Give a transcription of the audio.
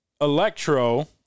Electro